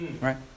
right